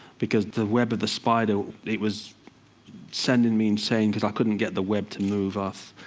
because the web of the spider, it was sending me insane, because i couldn't get the web to move off.